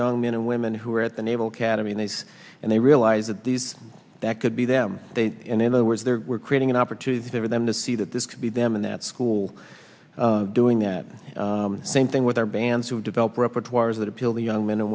young men and women who are at the naval academy and these and they realize that these that could be them in the words they're we're creating an opportunity for them to see that this could be them in that school doing that same thing with their bands who develop repertoires that appeal to young men and